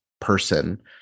person